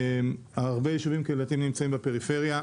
הרבה יישובים קהילתיים נמצאים בפריפריה,